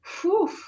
Whew